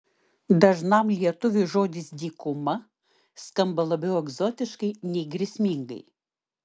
dažnam lietuviui žodis dykuma skamba labiau egzotiškai nei grėsmingai